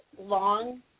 long